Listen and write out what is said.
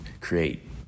create